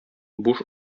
буш